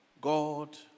God